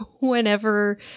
whenever